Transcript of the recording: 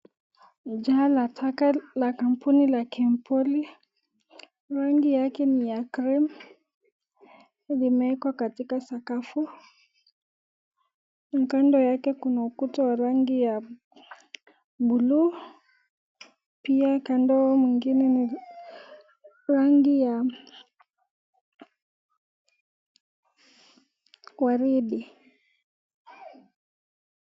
Jaa la taka la kampuni la Kenpoly, rangi yake ni ya cream . Limewekwa katika sakafu. Kando yake kuna ukuta wa rangi ya blue , pia kando mwingine ni rangi ya waridi.